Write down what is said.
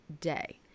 day